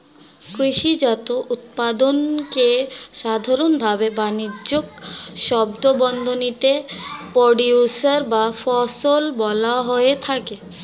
কৃষিজাত উৎপাদনকে সাধারনভাবে বানিজ্যিক শব্দবন্ধনীতে প্রোডিউসর বা ফসল বলা হয়ে থাকে